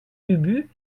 ubu